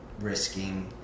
risking